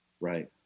Right